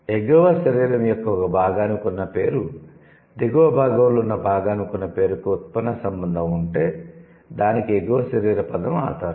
ఎగువ శరీరం యొక్క ఒక భాగానికి ఉన్న పేరు దిగువ భాగంలో ఉన్న భాగానికి ఉన్న పేరుకి ఉత్పన్న సంబంధం ఉంటే దానికి ఎగువ శరీర పదం ఆధారం